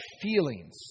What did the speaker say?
feelings